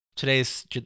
Today's